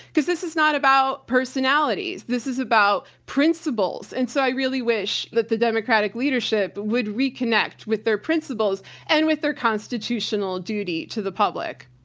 because this is not about personalities. this is about principles. and so i really wish that the democratic leadership would reconnect with their principles and with their constitutional duty to the public.